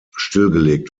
stillgelegt